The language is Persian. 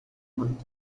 ماند